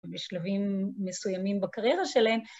ובשלבים מסוימים בקריירה שלהם.